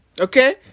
Okay